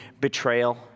betrayal